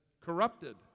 corrupted